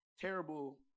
terrible